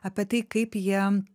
apie tai kaip jie